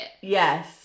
Yes